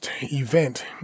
event